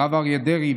הרב אריה דרעי,